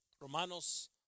Romanos